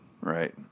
Right